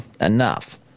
enough